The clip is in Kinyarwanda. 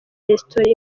resitora